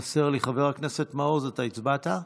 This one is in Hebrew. תימסר לי, חבר הכנסת מעוז, אתה הצבעת?